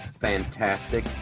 fantastic